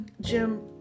Jim